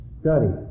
study